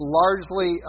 largely